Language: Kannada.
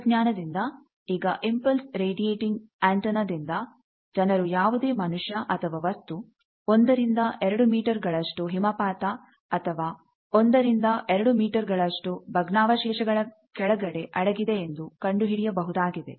ತಂತ್ರಜ್ಞಾನದಿಂದ ಈಗ ಇಂಪಲ್ಸ್ ರೆಡಿಯಟಿಂಗ್ ಆಂಟೆನಾ ದಿಂದ ಜನರು ಯಾವುದೇ ಮನುಷ್ಯ ಅಥವಾ ವಸ್ತು 1 ರಿಂದ 2 ಮೀಟರ್ ಗಳಷ್ಟು ಹಿಮಪಾತ ಅಥವಾ 1 ರಿಂದ 2 ಮೀಟರ್ಗಳಷ್ಟು ಭಗ್ನಾವಶೇಷ ಗಳ ಕೆಳಗಡೆ ಅಡಗಿದೆಯೆಂದು ಕಂಡುಹಿಡಿಯಬಹುದಾಗಿದೆ